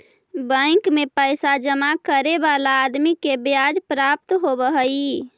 bank में पैसा जमा करे वाला आदमी के ब्याज प्राप्त होवऽ हई